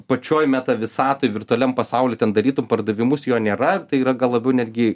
pačioj meta visatoj virtualiam pasauly ten tarytum pardavimus jo nėra tai yra gal labiau netgi